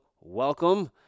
welcome